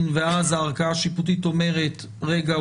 ואז הערכאה השיפוטית אומרת: רגע,